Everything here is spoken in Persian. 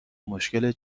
مشکل